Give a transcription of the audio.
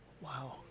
Wow